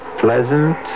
pleasant